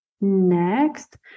Next